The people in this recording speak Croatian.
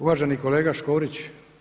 Uvaženi kolega Škorić.